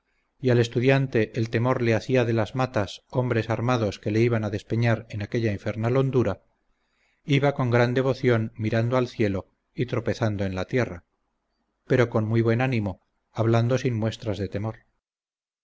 y al estudiante el temor le hacía de las matas hombres armados que le iban a despeñar en aquella infernal hondura iba con gran devoción mirando al cielo y tropezando en la tierra pero con muy buen ánimo hablando sin muestras de temor